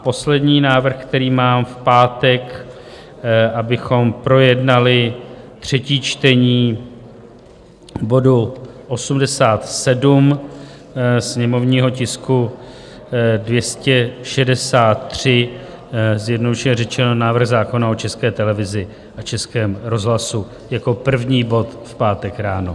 Poslední návrh, který mám na pátek, abychom projednali třetí čtení bodu 87, sněmovního tisku 263, zjednodušeně řečeno, návrh zákona o České televizi a Českém rozhlasu, jako první bod v pátek ráno.